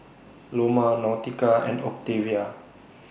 Loma Nautica and Octavia